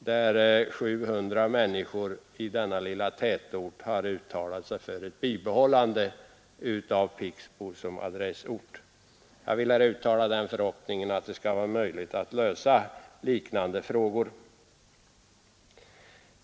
I denna lilla tätort har 700 människor utttalat sig för bibehållande av Pixbo som adressort. Jag vill uttala den förhoppningen att det skall vara möjligt att lösa frågor av liknande slag.